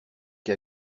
qui